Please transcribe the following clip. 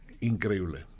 increíble